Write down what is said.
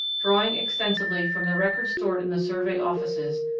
drawing extensively from the records stored in the survey offices,